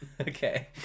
Okay